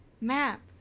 map